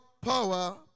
power